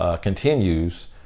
continues